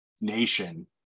nation